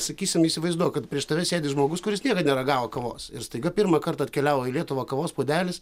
sakysim įsivaizduok kad prieš tave sėdi žmogus kuris niekad neragavo kavos ir staiga pirmąkart atkeliavo į lietuvą kavos puodelis